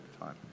time